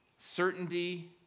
Certainty